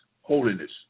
Holiness